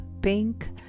pink